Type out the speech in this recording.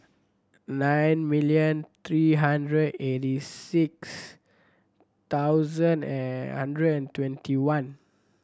nine million three hundred eight six thousand and hundred and twenty one